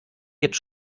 jetzt